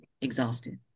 Exhausted